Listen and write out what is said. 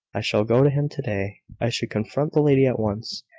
i shall go to him to-day. i should confront the lady at once,